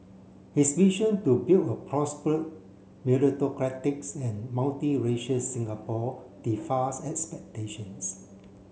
his vision to build a meritocratic and multiracial Singapore expectations